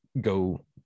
go